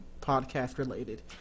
podcast-related